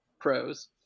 pros